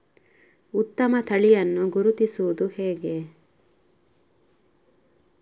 ಉತ್ತಮ ತಳಿಯನ್ನು ಗುರುತಿಸುವುದು ಹೇಗೆ?